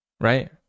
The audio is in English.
Right